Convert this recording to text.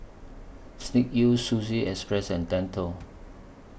Snek Ku Sushi Express and Dettol